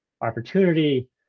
opportunity